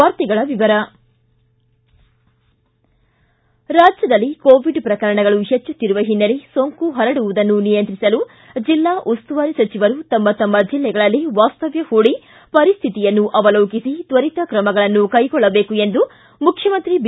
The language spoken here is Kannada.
ವಾರ್ತೆಗಳ ವಿವರ ರಾಜ್ನದಲ್ಲಿ ಕೋವಿಡ್ ಪ್ರಕರಣಗಳು ಹೆಚ್ಚುತ್ತಿರುವ ಹಿನ್ನೆಲೆ ಸೋಂಕು ಪರಡುವುದನ್ನು ನಿಯಂತ್ರಿಸಲು ಜಿಲ್ಲಾ ಉಸ್ತುವಾರಿ ಸಚಿವರು ತಮ್ಮ ತಮ್ಮ ಜಿಲ್ಲೆಗಳಲ್ಲೇ ವಾಸ್ತವ್ಯ ಹೂಡಿ ಪರಿಸ್ಥಿತಿಯನ್ನು ಅವಲೋಕಿಸಿ ತ್ವರಿತ ಕ್ರಮಗಳನ್ನು ಕೈಗೊಳ್ಳಬೇಕು ಎಂದು ಮುಖ್ಯಮಂತ್ರಿ ಬಿ